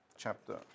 chapter